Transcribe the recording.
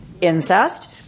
incest